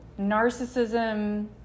narcissism